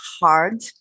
hard